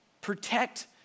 protect